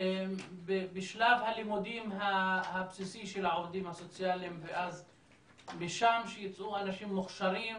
בשלב הלימודים הבסיסי של העובדים הסוציאליים ומשם שייצאו אנשים מוכשרים